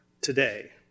today